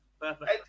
perfect